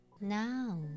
Now